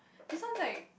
this one like